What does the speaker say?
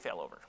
failover